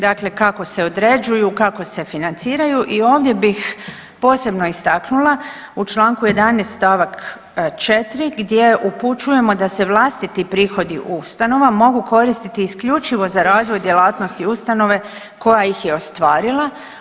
Dakle, kako se određuju, kako se financiraju i ovdje bih posebno istaknula u Članku 11. stavak 4. gdje upućujemo da se vlastiti prihodi ustanova mogu koristiti isključivo za razvoj djelatnosti ustanove koja ih je ostvarila.